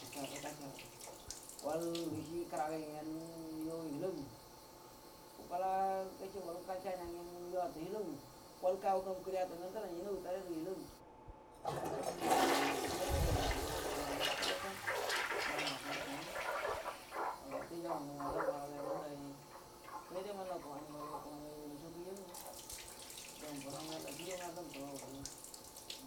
Gacəar Gacəar gol ngərə cuie kəraga yu gyen məgəaw halaguə, gukula gace gol caniya gyen məgəaw atau helagu gol kagu ngagu kirie atau gyen yunagu taredu gərə hilagu, ga halla dinngu mamau yuo damu fudo borno yuo kwata kwata mannau akwə, gawute jaban ngamu ngə halla mukulaau yuo saide wannanu kəmani ngodo gərə kəmani aru gamm sauki yangwə damun muru yall ngwə jauri mukulaw rə allioal gamu,